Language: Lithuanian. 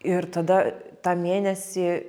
ir tada tą mėnesį